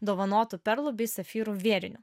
dovanotu perlų bei safyrų vėriniu